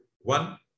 One